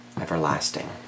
everlasting